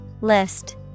List